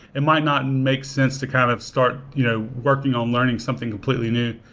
it might not make sense to kind of start you know working on learning something completely new.